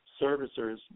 servicers